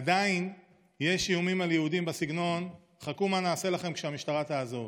עדיין יש איומים על יהודים בסגנון: חכו מה נעשה לכם כשהמשטרה תעזוב.